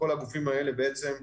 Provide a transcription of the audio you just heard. כל הגופים האלה בעצם.